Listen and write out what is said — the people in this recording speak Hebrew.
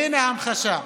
הינה המחשה.